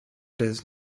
does